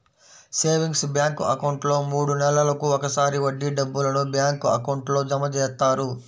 savings bank అకౌంట్లో మూడు నెలలకు ఒకసారి వడ్డీ డబ్బులను బ్యాంక్ అకౌంట్లో జమ చేస్తారు